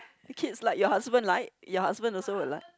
kids like your husband like your husband also will like